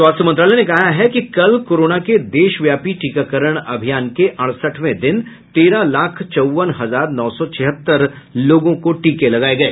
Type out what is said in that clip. स्वास्थ्य मंत्रालय ने कहा कि कल कोरोना के देशव्यापाी टीकाकरण के अड़सठवें दिन तेरह लाख चौवन हजार नौ सौ छिहत्तर टीके लगाए गए